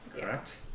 correct